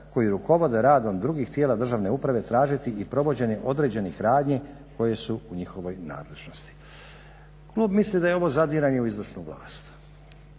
koji rukovode radom drugih tijela državne uprave tražiti i provođenje određenih radnji koje su u njihovoj nadležnosti." Klub misli da je ovo zadiranje u izvršnu vlast.